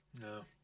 No